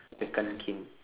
the Kanken